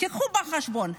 קחו בחשבון,